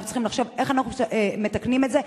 אנחנו צריכים לחשוב איך אנחנו מתקנים את זה,